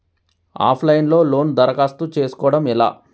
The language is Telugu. ఆఫ్ లైన్ లో లోను దరఖాస్తు చేసుకోవడం ఎలా?